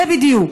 זה בדיוק.